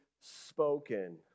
spoken